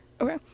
okay